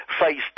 face